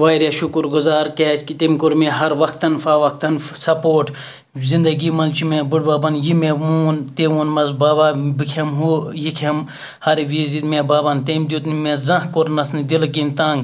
واریاہ شُکُر گُزار کیٛازِکہِ تٔمۍ کوٚر مےٚ ہر وقتاً فوقتاً سپوٹ زندگی منٛز چھِ مےٚ بٔڈۍ بَبَن یہِ مےٚ مون تہِ ووٚنمَس بَبا بہٕ کھٮ۪مہٕ ہُہ یہِ کھٮ۪مہٕ ہر وِزِ دِتۍ مےٚ بَبَن تٔمۍ دیُت نہٕ مےٚ زانٛہہ کوٚرنَس نہٕ دِلہٕ کِنۍ تنٛگ